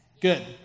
Good